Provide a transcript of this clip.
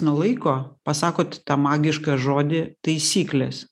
nuo laiko pasakot tą magišką žodį taisyklės